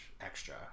extra